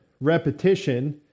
repetition